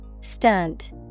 Stunt